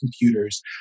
computers